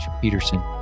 Peterson